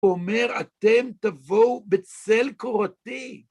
אומר, אתם תבואו בצל קורתי.